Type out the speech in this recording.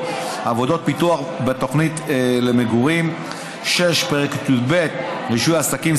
(עבודות פיתוח בתוכנית למגורים); 6. פרק י"ב (רישוי עסקים),